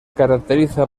caracteriza